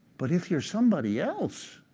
but if you're somebody else,